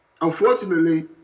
unfortunately